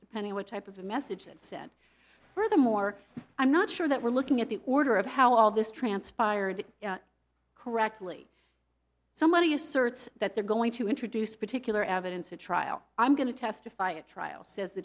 depending what type of a message it said furthermore i'm not sure that we're looking at the order of how all this transpired correctly somebody asserts that they're going to introduce particular evidence or trial i'm going to testify a trial says the